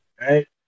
right